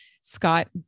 Scott